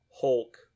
Hulk